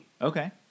okay